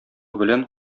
белән